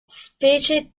specie